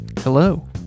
Hello